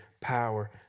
power